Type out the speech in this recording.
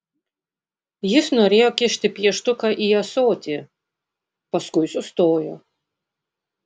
jis norėjo kišti pieštuką į ąsotį paskui sustojo